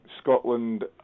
Scotland